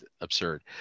absurd